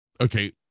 Okay